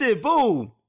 boom